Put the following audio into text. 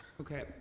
Okay